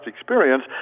experience